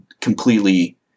completely